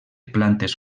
plantes